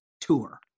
tour